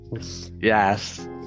Yes